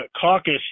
Caucus